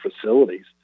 facilities